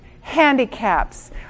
handicaps